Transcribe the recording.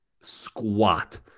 Squat